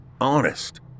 Honest